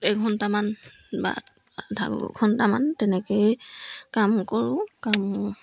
এঘণ্টামান বা আধা ঘণ্টামান তেনেকেই কাম কৰোঁ কাম